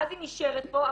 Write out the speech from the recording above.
ואז היא נשארת פה,